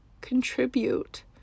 contribute